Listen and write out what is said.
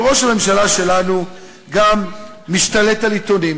אבל ראש הממשלה שלנו גם משתלט על עיתונים